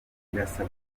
irasabwa